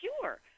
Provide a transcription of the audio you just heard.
Sure